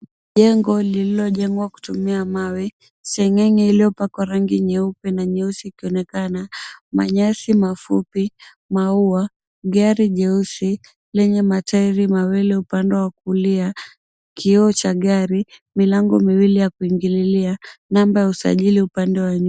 Jengo lililojengwa kutumia mawe seng'enge iliyopakwa rangi nyeupe na nyeusi ikionekana manyasi mafupi, maua, gari jeusi lenye matairi upande wa kulia kioo cha gari milango miwili ya kuingilia, namba ya usajili upande wa nyuma.